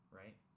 right